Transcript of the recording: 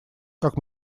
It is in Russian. как